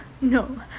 no